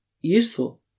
useful